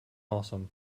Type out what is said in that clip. awesome